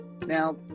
Now